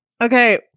Okay